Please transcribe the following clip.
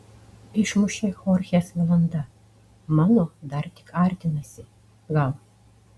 išmušė chorchės valanda mano dar tik artinasi gal